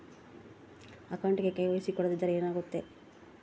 ಅಕೌಂಟಗೆ ಕೆ.ವೈ.ಸಿ ಕೊಡದಿದ್ದರೆ ಏನಾಗುತ್ತೆ?